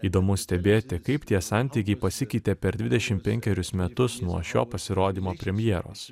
įdomu stebėti kaip tie santykiai pasikeitė per dvidešimt penkerius metus nuo šio pasirodymo premjeros